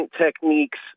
techniques